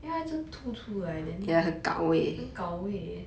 因为她一直凸出来 then 很 gao wei